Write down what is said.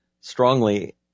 strongly